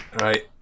Right